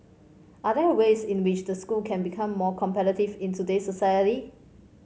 are there ways in which the school can become more competitive in today's society